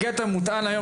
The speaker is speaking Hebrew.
הגעת מוטען היום,